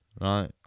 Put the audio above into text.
right